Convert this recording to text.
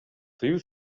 тыюу